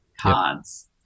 cards